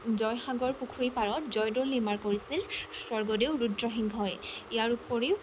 জয়সাগৰ পুখুৰীৰ পাৰত জয়দ'ল নিৰ্মাণ কৰিছিল স্বৰ্গদেউ ৰুদ্ৰসিংহই ইয়াৰ উপৰিও